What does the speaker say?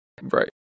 Right